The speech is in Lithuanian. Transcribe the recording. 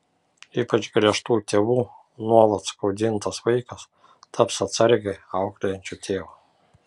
ypač griežtų tėvų nuolat skaudintas vaikas taps atsargiai auklėjančiu tėvu